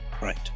Right